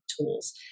tools